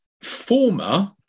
former